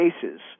cases